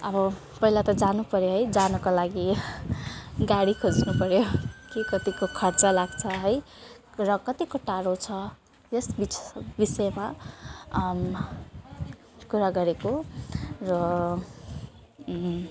अब पहिला त जानुपऱ्यो है जानका लागि गाडी खेज्नुपऱ्यो के कतिको खर्च लाग्छ है र कतिको टाढो छ यस बिच् विषयमा कुरा गरेको र